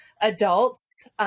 adults